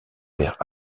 vers